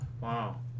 wow